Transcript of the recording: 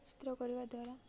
ଚିତ୍ର କରିବା ଦ୍ୱାରା